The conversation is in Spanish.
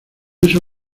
eso